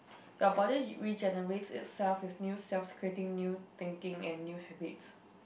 your body regenerates itself with new selves creating new thinking and new habit